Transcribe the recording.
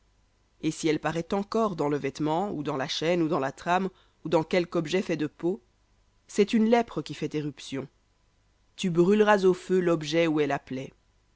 et si elle paraît encore dans le vêtement ou dans la chaîne ou dans la trame ou dans quelque objet de peau c'est une qui fait éruption tu brûleras au feu l'objet où est